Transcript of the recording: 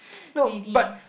no but